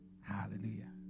Hallelujah